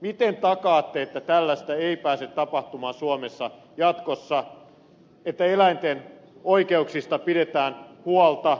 miten takaatte että tällaista ei pääse tapahtumaan suomessa jatkossa vaan että eläinten oikeuksista pidetään huolta